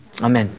Amen